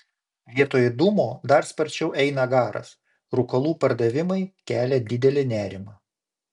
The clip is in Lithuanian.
vietoj dūmo dar sparčiau eina garas rūkalų pardavimai kelia didelį nerimą